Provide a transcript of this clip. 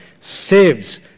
saves